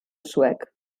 suec